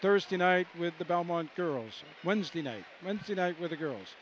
thursday night with the belmont girls wednesday night wednesday night with girls